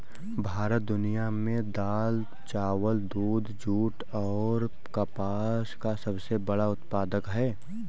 भारत दुनिया में दाल, चावल, दूध, जूट और कपास का सबसे बड़ा उत्पादक है